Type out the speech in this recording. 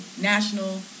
national